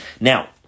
Now